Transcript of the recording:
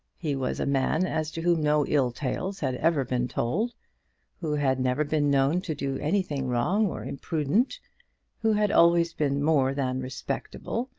he was a man as to whom no ill tales had ever been told who had never been known to do anything wrong or imprudent who had always been more than respectable,